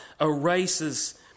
erases